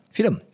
Film